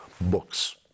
books